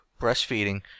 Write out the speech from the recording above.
breastfeeding